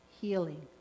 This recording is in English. healing